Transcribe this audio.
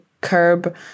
curb